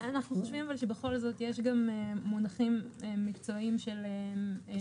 אנחנו חושבים שבכל זאת יש גם מונחים מקצועיים של משק,